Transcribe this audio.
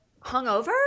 hungover